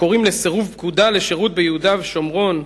שקוראים לסירוב פקודה לשירות ביהודה ושומרון?